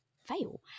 fail